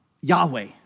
Yahweh